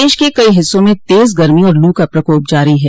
प्रदेश के कई हिस्सों में तेज गर्मी और लू का प्रकाप जारी है